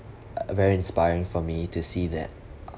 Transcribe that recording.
uh very inspiring for me to see that